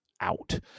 out